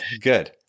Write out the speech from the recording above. good